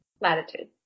latitude